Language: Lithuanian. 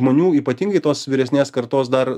žmonių ypatingai tos vyresnės kartos dar